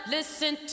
Listen